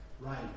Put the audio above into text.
right